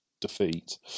defeat